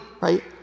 right